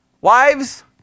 wives